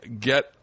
get